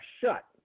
shut